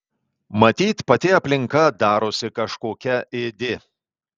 matyt pati aplinka darosi kažkokia ėdi